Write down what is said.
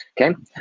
Okay